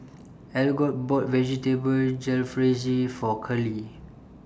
Algot bought Vegetable Jalfrezi For Curley